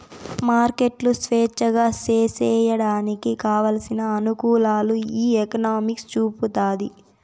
మార్కెట్లు స్వేచ్ఛగా సేసేయడానికి కావలసిన అనుకూలాలు ఈ ఎకనామిక్స్ చూపుతాది